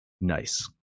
Nice